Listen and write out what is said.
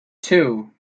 two